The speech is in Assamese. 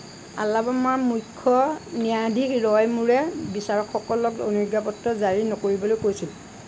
আলাবামাৰ মুখ্য ন্যায়াধীশ ৰয় মূৰে বিচাৰকসকলক অনুজ্ঞাপত্ৰ জাৰী নকৰিবলৈ কৈছিল